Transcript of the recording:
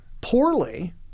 poorly